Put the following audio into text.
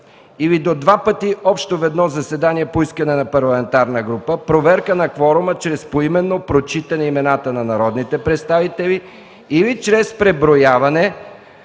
или до два пъти общо в едно заседание по искане на парламентарна група проверка на кворума чрез поименно прочитане имената на народните представители или чрез преброяване